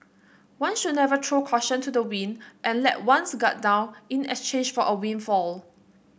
one should never throw caution to the wind and let one's guard down in exchange for a windfall